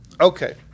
Okay